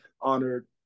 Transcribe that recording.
honored